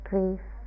grief